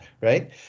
right